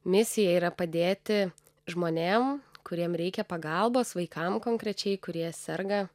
misija yra padėti žmonėm kuriem reikia pagalbos vaikam konkrečiai kurie serga